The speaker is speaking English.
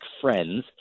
friends